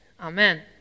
amen